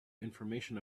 information